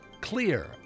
Clear